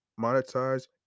monetize